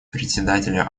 председателя